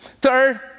Third